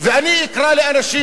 ואני אקרא לאנשים,